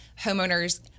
homeowners